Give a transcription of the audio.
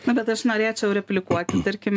na bet aš norėčiau replikuoti tarkim